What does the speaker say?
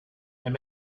and